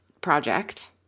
project